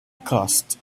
cost